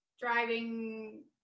driving